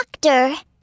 doctor